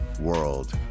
world